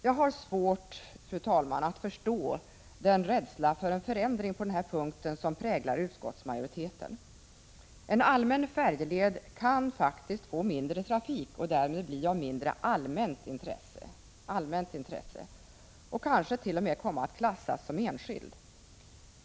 Jag har svårt, fru talman, att förstå den rädsla för en förändring på den här punkten som präglar utskottsmajoriteten. En allmän färjeled kan få mindre trafik och därmed bli av mindre allmänt intresse och kanske t.o.m. komma att klassas som enskild.